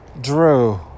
Drew